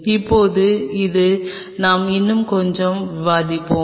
இப்போது இது நாம் இன்னும் கொஞ்சம் விவாதிப்போம்